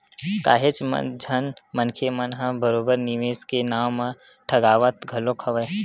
काहेच झन मनखे मन ह बरोबर निवेस के नाव म ठगावत घलो हवय